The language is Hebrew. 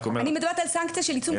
אני מדברת על סנקציה של עיצום כספי.